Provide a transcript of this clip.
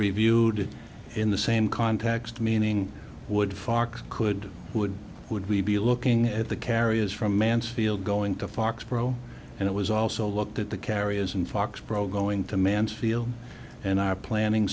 reviewed in the same context meaning woodfox could would would we be looking at the carriers from mansfield going to foxboro and it was also looked at the carriers in foxborough going to mansfield and are planning